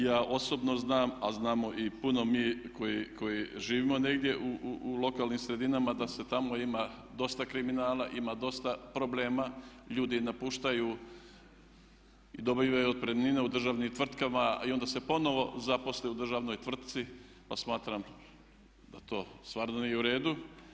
Ja osobno znam a znamo i puno mi koji živimo negdje u lokalnim sredinama da se tamo ima dosta kriminala, ima dosta problema, ljudi napuštaju i dobivaju otpremnine u državnim tvrtkama i onda se ponovno zaposle u državnoj tvrtci pa smatram da to stvarno nije u redu.